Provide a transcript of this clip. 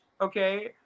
okay